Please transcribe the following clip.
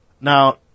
Now